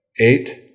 Eight